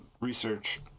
research